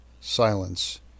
silence